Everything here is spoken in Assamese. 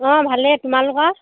অঁ ভালেই তোমালোকৰ